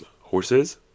horses